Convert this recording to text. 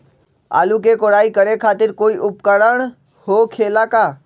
आलू के कोराई करे खातिर कोई उपकरण हो खेला का?